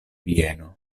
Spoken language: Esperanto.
vieno